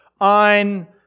on